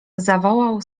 zawołał